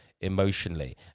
emotionally